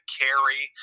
carry